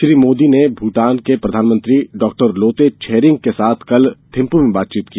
श्री मोदी ने भूटान के प्रधानमंत्री डॉक्टर लोते छेरिंग के साथ कल थिम्पू में बातचीत की